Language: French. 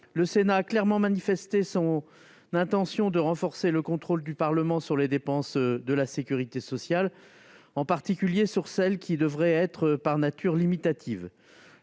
Le Sénat a clairement manifesté lors de leur discussion son intention de renforcer le contrôle du Parlement sur les dépenses de la sécurité sociale, en particulier sur celles qui devraient, par nature, être limitatives.